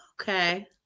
Okay